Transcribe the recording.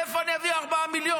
מאיפה אני אביא 4 מיליון?